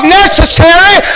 necessary